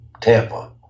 Tampa